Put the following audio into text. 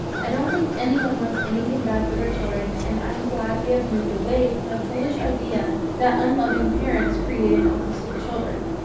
i don't think anyone wants anything bad for their children, and i'm glad we have moved away from the foolish idea that unloving parents created autistic children.